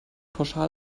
pauschal